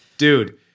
Dude